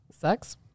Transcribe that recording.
Sex